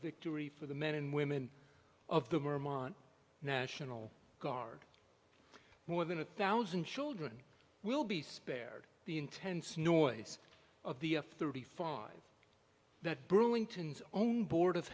victory for the men and women of the merman national guard more than a thousand children will be spared the intense noise of the f thirty five that burlington's own board